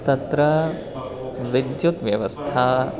तत्र विद्युत् व्यवस्था